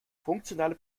funktionale